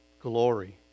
glory